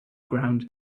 ground